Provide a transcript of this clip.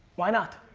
why not?